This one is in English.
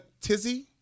tizzy